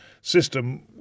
system